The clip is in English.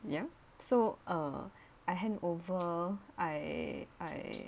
ya so err I handover I I